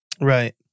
Right